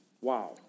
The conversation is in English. Wow